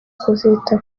kuzita